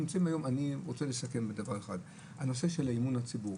אני רוצה לסכם בדבר אחד, בנושא של אמון הציבור.